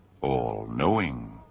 all-knowing